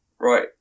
right